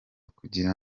kugira